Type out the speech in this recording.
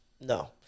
No